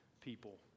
people